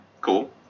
cool